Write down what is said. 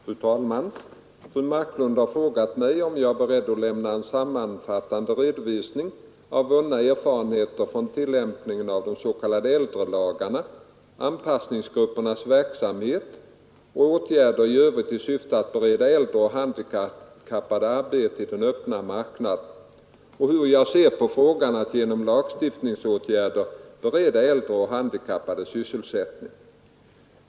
Fru talman! Fru Marklund har frågat mig om jag är beredd att lämna en sammanfattande redovisning av vunna erfarenheter från tillämpningen av de s.k. äldrelagarna, anpassningsgruppernas verksamhet och åtgärder i övrigt i syfte att bereda äldre och handikappade arbete i den öppna marknaden och hur jag ser på frågan att genom lagstiftningsåtgärder bereda äldre och handikappade sysselsättning.